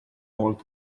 old